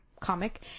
comic